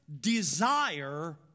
desire